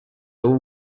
very